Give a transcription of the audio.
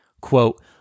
quote